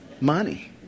Money